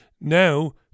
Now